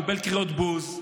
קיבל קריאות בוז,